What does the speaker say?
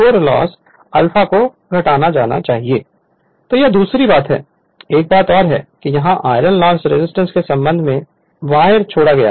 Refer Slide Time 3901 तो यह दूसरी बात है एक और बात यह है कि आयरन लॉस रेजिस्टेंस Ri में संबंधित वायर को छोड़ा गया